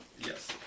Yes